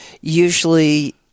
usually